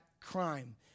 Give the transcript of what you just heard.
crime